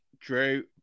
Drew